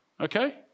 Okay